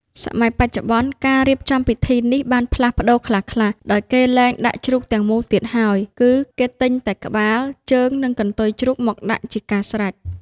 សម័យបច្ចុប្បន្ន ការរៀបចំពិធីនេះបានផ្លាស់ប្តូរខ្លះៗ ដោយគេលែងដាក់ជ្រូកទាំងមូលទៀតហើយ គឺគេទិញតែក្បាល ជើង និងកន្ទុយជ្រូកមកដាក់ជាការស្រេច។